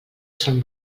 són